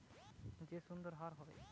ব্যাংকে টাকার ডিপোজিটের উপর যে সুদের হার হয়